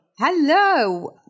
Hello